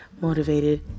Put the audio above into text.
motivated